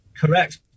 correct